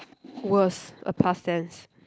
was a past tense